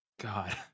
god